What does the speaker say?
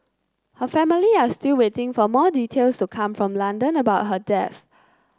her family are still waiting for more details to come from London about her death